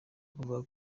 kuvuga